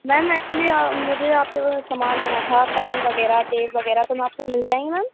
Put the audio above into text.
میم actually مجھے آپ کے پاس سامان لینا تھا پین وغیرہ ٹیپ وغیرہ تو میم آپ کو مل جائیں گا